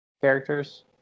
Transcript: characters